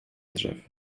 drzew